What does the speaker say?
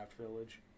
village